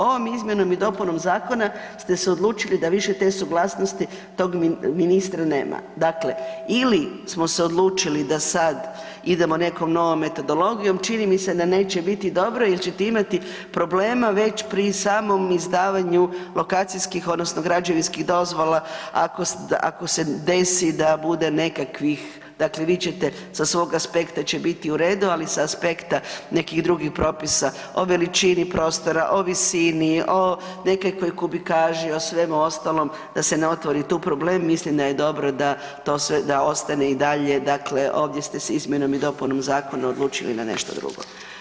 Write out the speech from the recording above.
Ovom izmjenom i dopunom zakona ste se odlučili da više te suglasnosti tog ministra nema, dakle ili smo se odlučili da sad idemo nekom novom metodologijom čini mi se da neće biti dobro jer ćete imati problema već pri samom izdavanju lokacijskih odnosno građevinskih dozvola ako se desi da bude nekakvih, dakle vi ćete sa svog aspekta će biti u redu, ali s aspekta nekih drugih propisa o veličini prostora, o visini o nekakvoj kubikaži o svemu ostalom da se ne otvori tu problem mislim da je dobro da to sve, da ostane i dalje dakle ovdje ste se s izmjenom i dopunom zakona odlučili na nešto drugo.